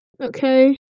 Okay